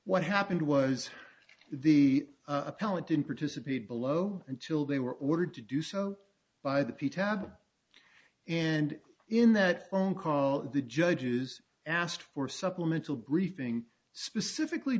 what happened was the appellant in participated below until they were ordered to do so by the p tab and in that phone call the judges asked for supplemental briefing specifically